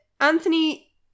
anthony